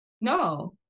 no